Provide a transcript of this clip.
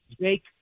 Jake